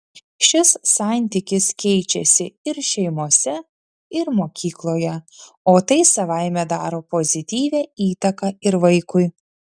šis santykis keičiasi ir šeimose ir mokykloje o tai savaime daro pozityvią įtaką ir vaikui